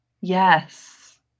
yes